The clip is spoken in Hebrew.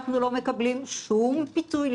אנחנו לא מקבלים שום פיצוי,